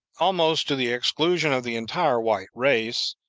almost to the exclusion of the entire white race,